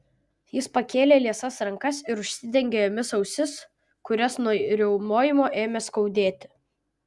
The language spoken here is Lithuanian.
jis pakėlė liesas rankas ir užsidengė jomis ausis kurias nuo riaumojimo ėmė skaudėti